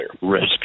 Risk